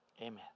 amen